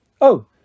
Oh